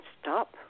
stop